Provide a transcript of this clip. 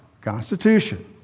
constitution